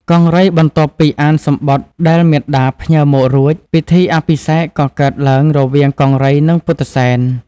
កង្រីបន្ទាប់ពីអានសំបុត្រដែលមាតាផ្ញើមករួច ពិធីអភិសេកក៏កើតឡើងរវាងកង្រីនិងពុទ្ធិសែន។